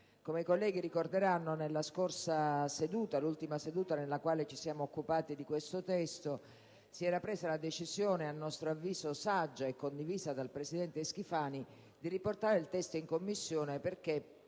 Come i colleghi ricorderanno, nella scorsa seduta - l'ultima nella quale ci siamo occupati di questo testo - si era presa la decisione, a nostro avviso saggia, e condivisa dal presidente Schifani, di riportare il testo in Commissione perché